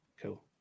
Cool